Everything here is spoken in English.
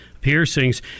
piercings